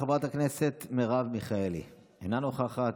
חברת הכנסת מרב מיכאלי, אינה נוכחת.